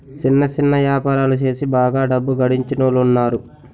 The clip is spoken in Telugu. సిన్న సిన్న యాపారాలు సేసి బాగా డబ్బు గడించినోలున్నారు